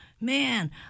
man